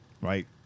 right